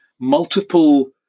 multiple